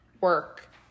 work